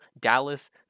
Dallas